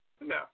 no